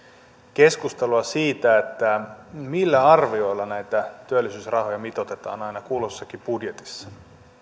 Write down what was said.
keskustelua siitä millä arvioilla näitä työllisyysrahoja mitoitetaan aina kulloisessakin budjetissa